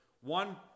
one